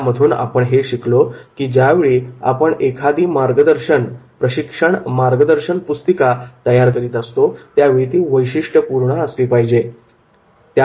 या मधून आपण हे शिकलो की ज्या वेळी आपण एखादी प्रशिक्षण मार्गदर्शन पुस्तिका तयार करत असतो त्यावेळी ती वैशिष्ट्यपूर्ण असली पाहिजे